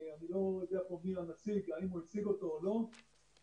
אני לא יודע מי פה הנציג והאם הוא הציג אותו או לא -- לא,